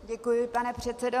Děkuji, pane předsedo.